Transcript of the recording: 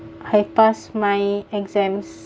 I pass my exams